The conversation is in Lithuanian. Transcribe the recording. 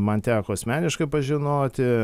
man teko asmeniškai pažinoti